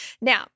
Now